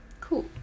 Cool